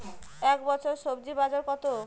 এ বছর স্বজি বাজার কত?